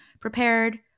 prepared